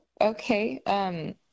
okay